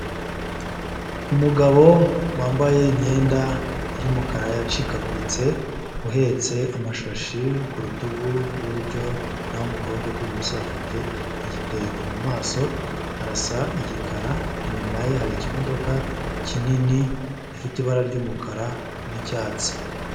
Umugabo wambaye imyenda y'umukara yacikaguritse uhetse amashashi ku rutugu rw'iburyo naho mu kuboko k'ibumoso afite igitebo, mu maso arasa igikara inyuma ye hari ikimodoka kinini gifite ibara ry'umukara n'icyatsi.